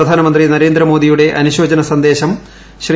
പ്രധാനമന്ത്രി നരേന്ദ്രമോദിയുടെ അനുശോചന സന്ദേശം ശ്രീ